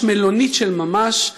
מלונית של ממש,